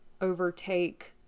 overtake